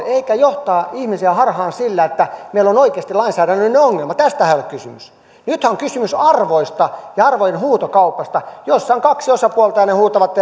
eikä johtaa ihmisiä harhaan sillä että meillä on oikeasti lainsäädännöllinen ongelma tästähän ei ole kysymys nythän on kysymys arvoista ja arvojen huutokaupasta jossa on kaksi osapuolta ja ne huutavat